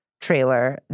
trailer